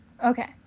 Okay